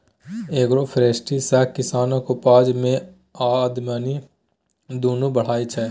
agroforestry सँ किसानक उपजा आ आमदनी दुनु बढ़य छै